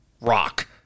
Rock